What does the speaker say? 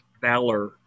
valor